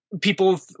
People